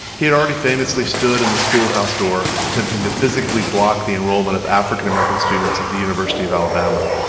he had already famously stood in the schoolhouse door attempting to physically block the enrollment of african american students at the university of alabama.